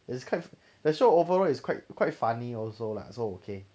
is quite the show overall is quite quite funny also lah so okay